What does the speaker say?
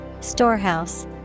Storehouse